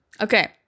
Okay